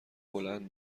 بلند